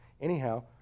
Anyhow